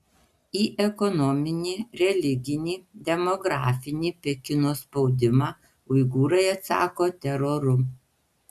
į ekonominį religinį demografinį pekino spaudimą uigūrai atsako teroru